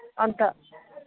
अन्त